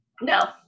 No